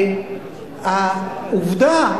העובדה,